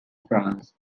france